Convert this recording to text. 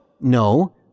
No